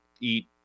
eat